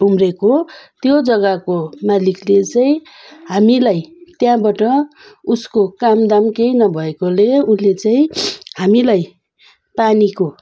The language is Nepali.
उम्रेको त्यो जग्गाको मालिकले चाहिँ हामीलाई त्यहाँबाट उसको काम धाम केही नभएकोले उसले चाहिँ हामीलाई पानीको